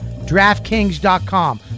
DraftKings.com